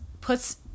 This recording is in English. puts